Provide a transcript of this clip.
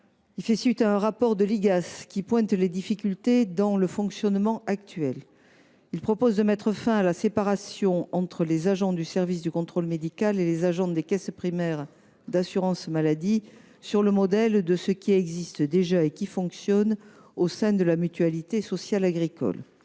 l’assurance maladie, qui pointe des difficultés dans le fonctionnement de ce service. Nous proposons de mettre fin à la séparation entre les agents du service du contrôle médical et les agents des caisses primaires d’assurance maladie, sur le modèle de ce qui existe déjà, et qui fonctionne bien, au sein de la Mutualité sociale agricole